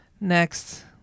next